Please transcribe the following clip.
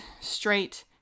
straight